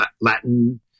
latin